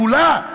כולה,